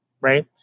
right